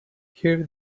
here